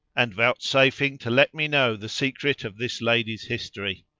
and vouchsafing to let me know the secret of this lady's history!